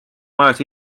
majas